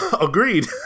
agreed